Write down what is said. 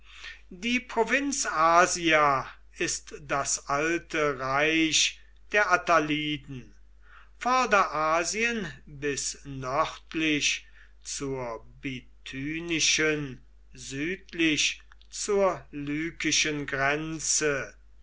die provinz asia ist das alte reich der attaliden vorderasien bis nördlich zur bithynischen südlich zur lykischen grenze